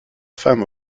femme